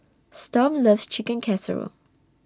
Storm loves Chicken Casserole